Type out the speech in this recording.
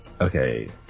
Okay